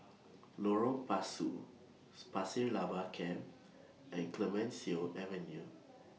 Lorong Pasu Pasir Laba Camp and Clemenceau Avenue